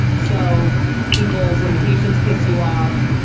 so people's limitations piss you off,